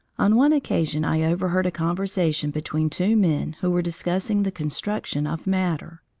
on one occasion i overheard a conversation between two men who were discussing the construction of matter.